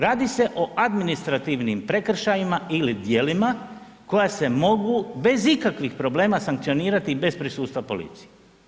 Radi se o administrativnim prekršajima ili djelima koja se mogu bez ikakvih problema sankcionirati bez prisustva policije.